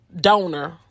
donor